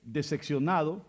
Decepcionado